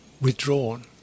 withdrawn